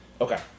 Okay